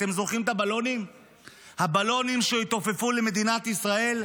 אתם זוכרים את הבלונים שהתעופפו למדינת ישראל,